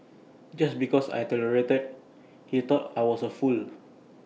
just because I tolerated he thought I was A fool